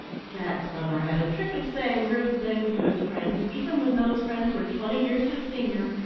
jack glover had a trick of saying rude things to his friends, even when those friends were twenty years his senior,